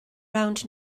rownd